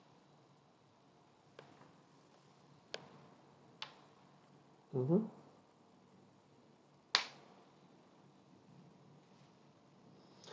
mmhmm